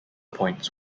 points